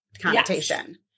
connotation